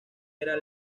era